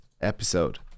episode